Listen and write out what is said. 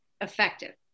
effective